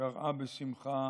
קראה בשמחה